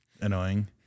Annoying